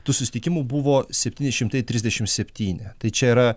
tų susitikimų buvo septyni šimtai trisdešimt septyni tai čia yra